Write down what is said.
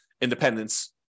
independence